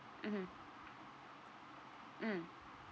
mmhmm mmhmm